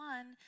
One